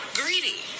greedy